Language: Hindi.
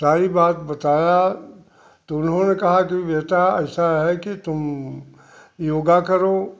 सारी बात बताया तो उन्होंने कहाँ कि बेटा ऐसा है कि तुम योग करो